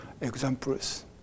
examples